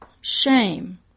shame